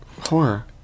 Horror